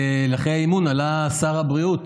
אחרי האי-אמון עלה שר הבריאות